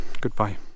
goodbye